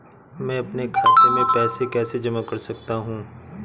मैं अपने खाते में पैसे कैसे जमा कर सकता हूँ?